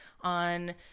on